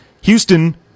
Houston